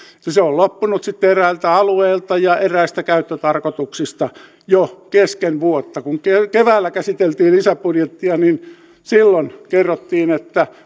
ja se on loppunut sitten eräiltä alueilta ja eräistä käyttötarkoituksista jo kesken vuotta kun keväällä käsiteltiin lisäbudjettia niin silloin kerrottiin että